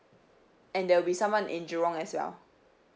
and there will be someone in jurong as well